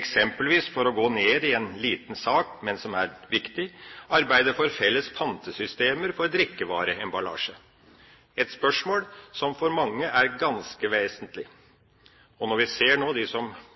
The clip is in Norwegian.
eksempelvis – for å gå ned i en liten sak, men som er viktig – arbeide for felles pantesystemer for drikkevareemballasje. Det er et spørsmål som for mange er ganske vesentlig. Vi ser dem som nå peller opp tomemballasje. Veldig mye av den tomemballasjen som